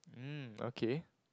mm okay